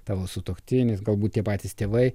tavo sutuoktinis galbūt tir patys tėvai